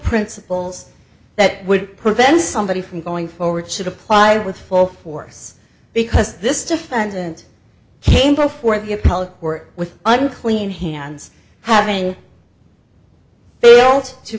principles that would prevent somebody from going forward should apply with full force because this defendant came before the appellate court with unclean hands having failed to